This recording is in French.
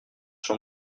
sur